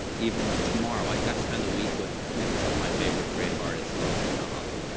even tomorrow. i just got to spend the week with you know some of my favorite creative artists with the hobbit.